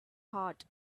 heart